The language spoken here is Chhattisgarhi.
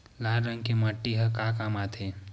लाल रंग के माटी ह का काम आथे?